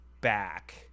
back